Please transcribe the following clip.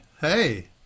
Hey